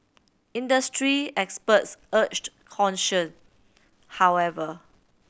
industry experts urged caution however